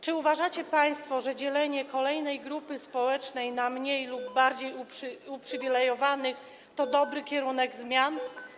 Czy uważacie państwo, że dzielenie kolejnej grupy społecznej na mniej lub bardziej uprzywilejowanych to dobry kierunek zmian?